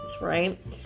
right